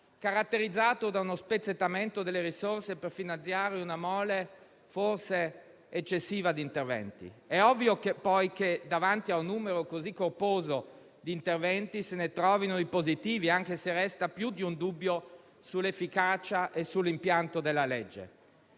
caratterizzato da uno spezzettamento delle risorse per finanziare una mole forse eccessiva di interventi. È ovvio poi che davanti a un numero così corposo di interventi se ne trovino di positivi, anche se resta più di un dubbio sull'efficacia e sull'impianto della legge.